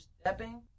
stepping